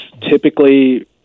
typically